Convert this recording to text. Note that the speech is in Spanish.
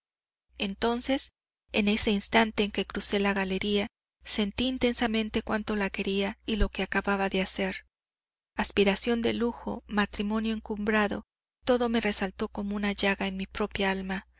entonces en ese instante en que crucé la galería sentí intensamente cuánto la quería y lo que acababa de hacer aspiración de lujo matrimonio encumbrado todo me resaltó como una llaga en mi propia alma